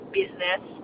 business